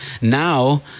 Now